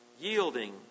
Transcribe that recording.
yielding